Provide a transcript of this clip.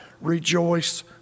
rejoice